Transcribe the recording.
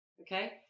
Okay